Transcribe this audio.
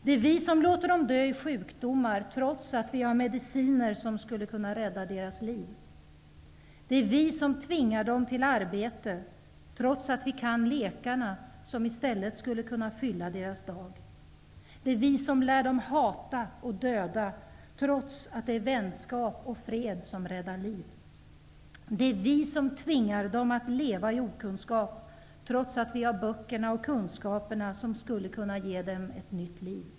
Det är vi som låter dem dö i sjukdomar, trots att vi har medicinerna som skulle kunna rädda deras liv. Det är vi som tvingar dem till arbete, trots att vi kan lekarna som i stället borde fylla deras dag. Det är vi som lär dem hata och döda, trots att det är vänskap och fred som räddar liv. Det är vi som tvingar dem att leva i okunskap, trots att vi har böckerna och kunskaperna som skulle kunna ge dem ett nytt liv.